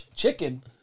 chicken